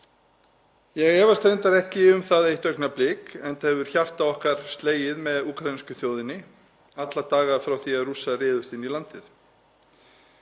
Ég efast reyndar ekki um það eitt augnablik, enda hefur hjarta okkar slegið með úkraínsku þjóðinni alla daga frá því að Rússar réðust inn í landið.